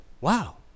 Wow